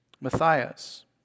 Matthias